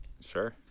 Sure